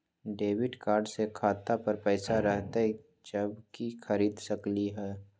Debit card से खाता पर पैसा रहतई जब ही खरीद सकली ह?